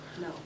No